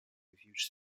refuge